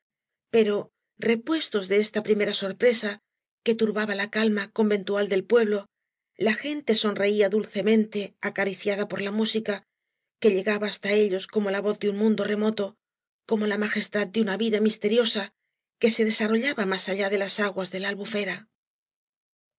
pero repuestos de esta primera sorpresa que turbaba la calma conventual del pueblo la gente sonreía dulcemente acariciada por la música que llegaba hasta elloa como la voz de un mundo remoto como la majestad de una vida misteriosa que se desarrollaba más allá de las aguas de